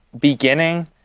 beginning